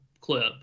clip